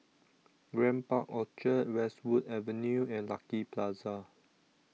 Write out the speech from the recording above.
Grand Park Orchard Westwood Avenue and Lucky Plaza